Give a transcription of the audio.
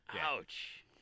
Ouch